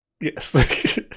Yes